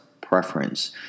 preference